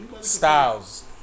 Styles